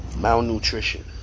Malnutrition